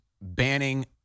banning